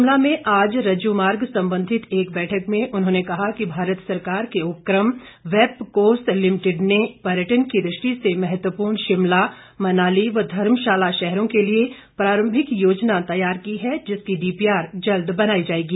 शिमला में आज रज्जू मार्ग संबंधित एक बैठक में उन्होंने कहा कि भारत सरकार के उपक्रम वैपकोस लिमिटेड ने पर्यटन की दृष्टि से महत्वपूर्ण शिमला मनाली व धर्मशाला शहरों के लिए प्रारंभिक योजना तैयार की है जिसकी डीपीआर जल्द बनाई जाएगी